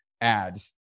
ads